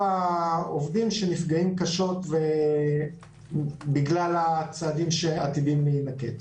העובדים שנפגעים קשות בגלל הצעדים שעתידיים להינקט.